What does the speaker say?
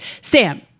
Sam